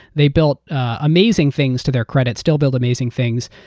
they built amazing things to their credit, still build amazing things.